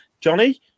Johnny